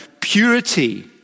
purity